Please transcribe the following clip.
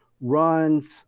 runs